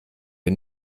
wir